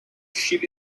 sheep